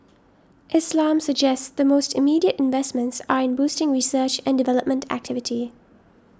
Islam suggests the most immediate investments are in boosting research and development activity